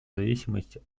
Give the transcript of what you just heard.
зависимости